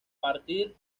partir